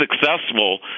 successful